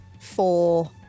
four